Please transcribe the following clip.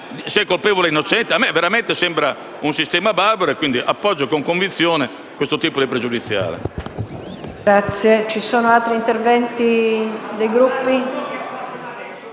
se è colpevole o innocente. A me questo sembra veramente un sistema barbaro e quindi appoggio con convinzione questo tipo di pregiudiziale.